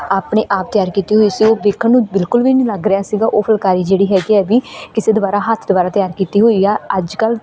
ਆਪਣੇ ਆਪ ਤਿਆਰ ਕੀਤੀ ਹੋਈ ਸੀ ਵੇਖਣ ਨੂੰ ਬਿਲਕੁਲ ਵੀ ਨਹੀਂ ਲੱਗ ਰਿਹਾ ਸੀਗਾ ਉਹ ਫੁਲਕਾਰੀ ਜਿਹੜੀ ਹੈਗੀ ਆ ਵੀ ਕਿਸੇ ਦੁਆਰਾ ਹੱਥ ਦੁਆਰਾ ਤਿਆਰ ਕੀਤੀ ਹੋਈ ਆ ਅੱਜ ਕੱਲ੍ਹ